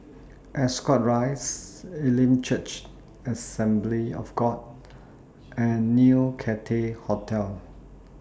Ascot Rise Elim Church Assembly of God and New Cathay Hotel